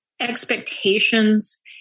expectations